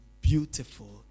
beautiful